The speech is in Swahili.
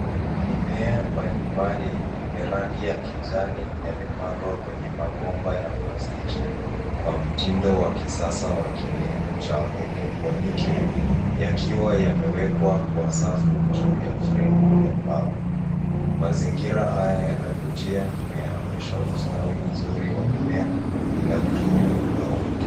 Mimea mbalimbali yenye rangi ya kijani yamepandwa kwenye mabomba ya plastiki kwa mtindo wa kisasa wa kilimo cha Hydroponic yakiwa yamewekwa kwa safu juu ya fremu ya mbao. Mazingira haya yanavutia na yanaonesha ustawi mzuri wa mimea bila kutumia udongo.